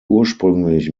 ursprünglich